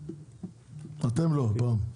אתם לא הפעם.